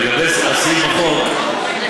לגבי הסעיף בחוק,